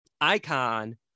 icon